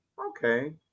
okay